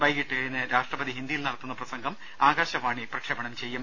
വൈകിട്ട് ഏഴിന് രാഷ്ട്രപതി ഹിന്ദിയിൽ നടത്തുന്ന പ്രസംഗം ആകാശവാണി പ്രക്ഷേപണം ചെയ്യും